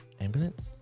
Ambulance